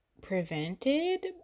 prevented